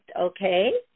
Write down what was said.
Okay